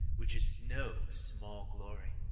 which is no small glory.